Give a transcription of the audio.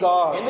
God